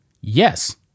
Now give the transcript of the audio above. Yes